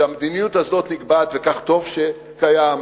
שהמדיניות הזאת נקבעת וכך טוב שקיים,